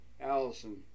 Allison